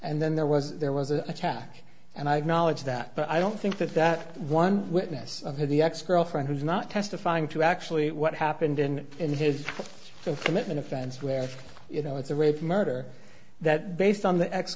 and then there was there was an attack and i acknowledge that but i don't think that that one witness had the ex girlfriend who's not testifying to actually what happened in in his commitment offense where you know it's a rape or murder that based on the ex